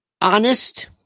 honest